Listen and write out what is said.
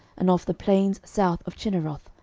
and of the plains south of chinneroth,